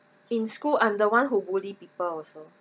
in school I'm the one who bully people also